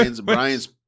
Brian's